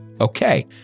Okay